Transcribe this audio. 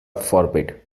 forbid